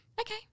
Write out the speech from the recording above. okay